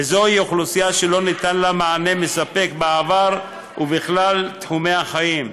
וזוהי אוכלוסייה שלא ניתן לה מענה מספק בעבר ובכלל תחומי החיים.